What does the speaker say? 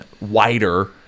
wider